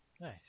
Nice